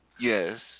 Yes